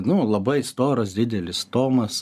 nu labai storas didelis tomas